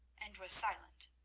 and was silent.